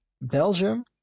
Belgium